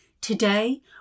Today